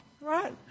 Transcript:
right